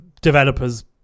developers